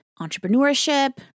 entrepreneurship